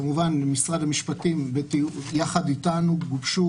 כמובן עם משרד המשפטים יחד אתנו גובשו